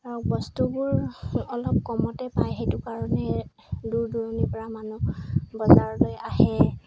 আৰু বস্তুবোৰ অলপ কমতে পায় সেইটো কাৰণে দূৰ দূৰণিৰ পৰা মানুহ বজাৰলৈ আহে